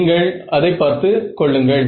நீங்கள் அதை பார்த்து கொள்ளுங்கள்